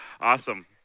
Awesome